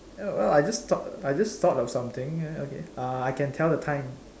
well well I just thought I just thought of something ya okay uh I can tell the time